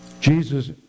Jesus